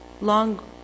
long